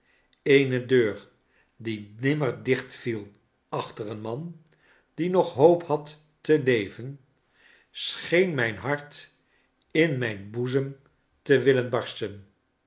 eene deur die nimmer dichtviel achter een man die nog hoop had televen scheen mijn hart in mijn boezem te willen barsten